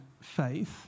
faith